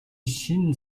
шинэ